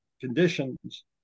conditions